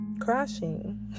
crashing